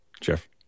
Jeff